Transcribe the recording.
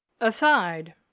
Aside